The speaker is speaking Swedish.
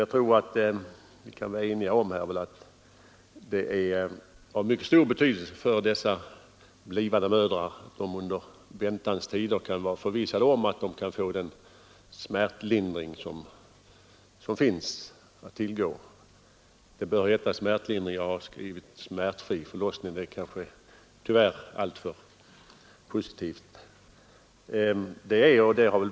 Jag tror att vi kan vara eniga om att det är av mycket stor betydelse för blivande mödrar att de i väntans tider kan vara förvissade om att de har möjlighet att få den smärtlindring som finns att tillgå. Det bör heta smärtlindring; jag har i min fråga skrivit ”smärtfri förlossning”, men det är tyvärr alltför positivt.